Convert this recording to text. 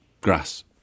grass